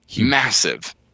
massive